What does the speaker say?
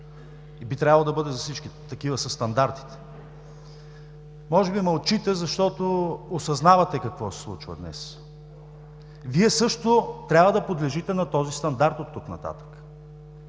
Би трябвало да бъде за всички, такива са стандартите. Може би мълчите, защото осъзнавате какво се случва днес. Вие също трябва да подлежите на този стандарт оттук нататък.